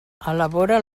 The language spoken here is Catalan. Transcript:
elabora